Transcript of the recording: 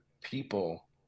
people